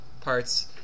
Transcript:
Parts